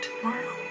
tomorrow